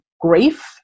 grief